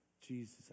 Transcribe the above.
Jesus